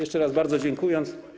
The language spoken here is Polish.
Jeszcze raz bardzo dziękuję.